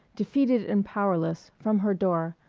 defeated and powerless, from her door,